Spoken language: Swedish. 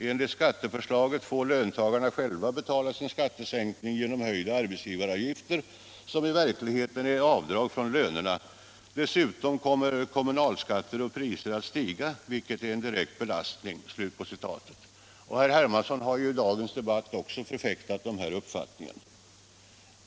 Enligt skatteförslagen får lönearbetarna själva betala sin ”skattesänkning” genom höjda arbetsgivaravgifter, som i verkligheten är avdrag från lönerna. Dessutom kommer kommunalskatter och priser att stiga, vilket blir en direkt belastning.” Herr Hermansson har i dagens debatt också förfäktat dessa uppfattningar.